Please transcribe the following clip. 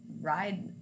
ride